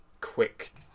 quick